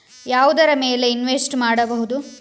ಯಾವುದರ ಮೇಲೆ ಇನ್ವೆಸ್ಟ್ ಮಾಡಬಹುದು?